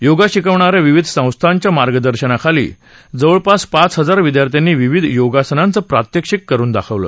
योगा शिकवणाऱ्या विविध संस्थांच्या मार्गदर्शनाखाली जवळपास पाच हजार विद्यार्थ्यांनी विविध योगासनांचं प्रात्यक्षिक करून दाखवलं